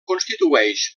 constitueix